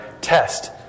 test